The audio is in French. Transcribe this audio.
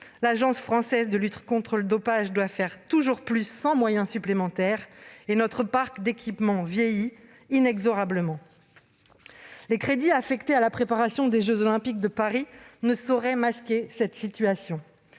L'Agence française de lutte contre le dopage doit faire toujours plus sans moyens supplémentaires et notre parc d'équipements vieillit inexorablement. Les crédits affectés à la préparation des jeux Olympiques de Paris ne sauraient masquer cette situation.